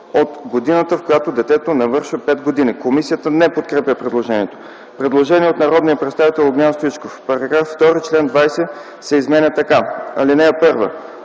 от годината, в която детето навършва пет години.” Комисията не подкрепя предложението. Предложение от народния представител Огнян Стоичков: В § 2 чл. 20 се изменя така: „Чл.